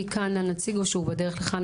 מי כאן הנציג או שהוא בדרך לכאן?